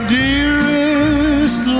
dearest